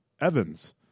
Evans